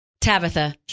Tabitha